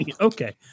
Okay